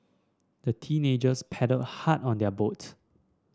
the teenagers paddled hard on their boat